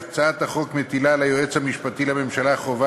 הצעת החוק מטילה על היועץ המשפטי לממשלה חובה